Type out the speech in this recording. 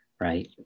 right